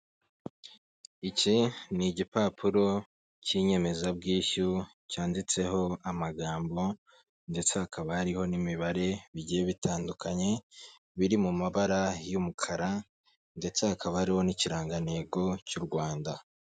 Iki ni igipapuro cy'inyemezabwishyu cyanditseho amagambo ndetse hakaba hariho n'imibare bigiye bitandukanye, biri mu mabara y'umukara ndetse hakaba hariho n'ikirangantego cy'u Rwanda.